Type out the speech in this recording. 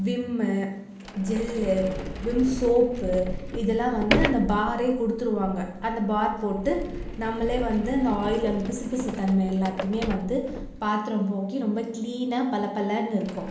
Vim gel Vim soap இதெல்லாம் வந்து அந்த பாரே கொடுத்துருவாங்க அந்த பார் போட்டு நம்மளே வந்து அந்த ஆயில் அந்த பிசுபிசு தன்மை எல்லாத்தையும் வந்து பாத்திரம் போக்கி ரொம்ப கிளீனாக பளபளன்னு இருக்கும்